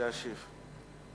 להשיב.